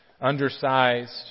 undersized